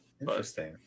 Interesting